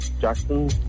Jackson